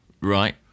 right